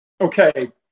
okay